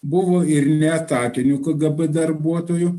buvo ir neetatinių kgb darbuotojų